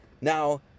Now